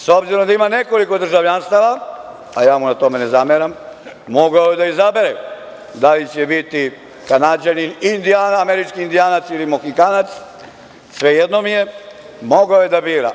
S obzirom da ima nekoliko državljanstava, a ja mu na tome ne zameram, mogao je da izabere da li će biti Kanađanin, Američki indijanac ili Mohikanac, svejedno mi je, mogao je da bira.